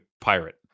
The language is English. pirate